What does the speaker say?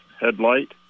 headlight